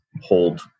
hold